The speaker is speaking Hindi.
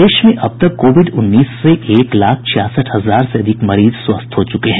प्रदेश में अब तक कोविड उन्नीस से एक लाख छियासठ हजार से अधिक मरीज स्वस्थ हो चूके हैं